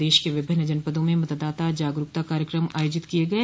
प्रदेश के विभिन्न जनपदों में मतदाता जागरूकता कार्यक्रम आयोजित किये गये